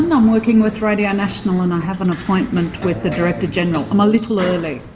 and i'm working with radio national and i have an appointment with the director-general. i'm a little early.